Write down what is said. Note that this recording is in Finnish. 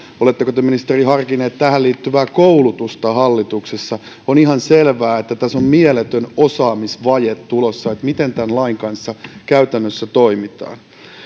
oletteko te ministeri hallituksessa harkinneet tähän liittyvää koulutusta on ihan selvää että tässä on mieletön osaamisvaje tulossa joten miten tämän lain kanssa käytännössä toimitaan